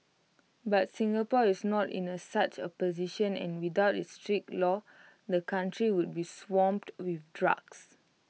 but Singapore is not in A such A position and without its strict laws the country would be swamped with drugs